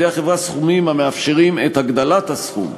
החברה סכומים המאפשרים את הגדלת הסכום.